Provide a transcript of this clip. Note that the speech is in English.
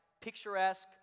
picturesque